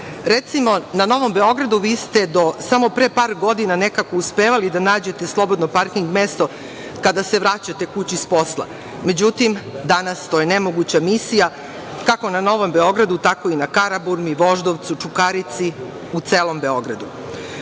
Recimo, na Novom Beogradu vi ste do samo pre par godina nekako uspevali da nađete slobodno parking mesto kada se vraćate kući s posla. Međutim, danas to je nemoguća misija, kako na Novom Beogradu, tako i na Karaburmi, Voždovcu, Čukarici, u celom Beogradu. Zbog